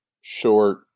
short